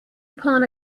upon